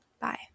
Bye